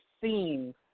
seen